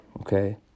okay